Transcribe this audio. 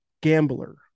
gambler